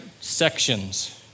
sections